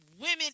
women